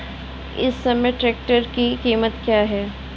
इस समय ट्रैक्टर की कीमत क्या है?